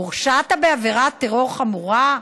הורשעת בעבירת טרור חמורה?